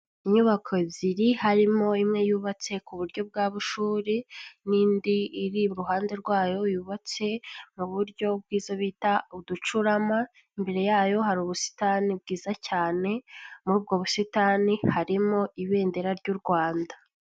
Inyubako ebyiri harimo imwe yubatse ku buryo bwa bushuri n'indi iri iruhande rwayo yubatse mu buryo bwiza bita uducurama, imbere yayo hari ubusitani bwiza cyane, muri ubwo busitani harimo ibendera ry'u Rwanda.